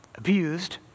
abused